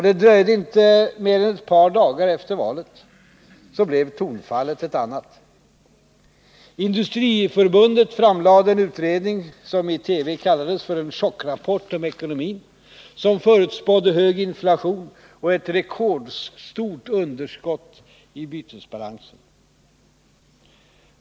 Det dröjde inte mer än ett par dagar efter valet förrän tonfallet blev ett annat. Industriförbundet framlade en utredning som i TV kallades för en chockrapport om ekonomin och som förutspådde hög inflation och ett rekordstort underskott i bytesbalansen.